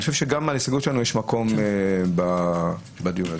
חושב שגם להסתכלות שלנו יש מקום בדיון הזה.